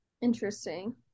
Interesting